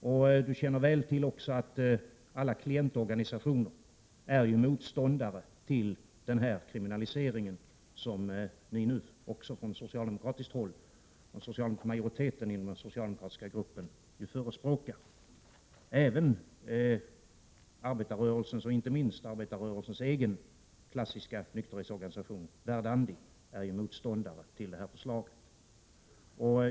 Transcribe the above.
Lars-Erik Lövdén känner även väl till att alla klientorganisationer är motståndare till den här kriminaliseringen som nu också majoriteten inom den socialdemokratiska gruppen förespråkar. Även — och inte minst — arbetarrörelsens egen klassiska nykterhetsorganisation, Verdandi, är ju motståndare till det här förslaget.